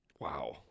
Wow